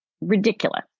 ridiculous